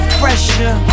fresher